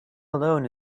alone